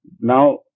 Now